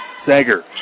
Sager